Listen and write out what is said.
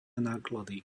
náklady